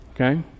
okay